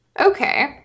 Okay